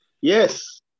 Yes